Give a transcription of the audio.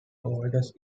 oldest